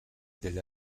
delle